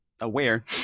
aware